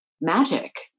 magic